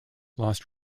lost